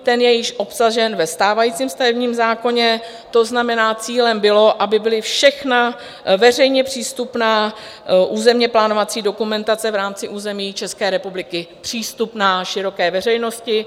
Ten je již obsažen ve stávajícím stavebním zákoně, to znamená, cílem bylo, aby byla všechna veřejně přístupná územněplánovací dokumentace v rámci území České republiky přístupná široké veřejnosti.